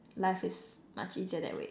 life is much easier that way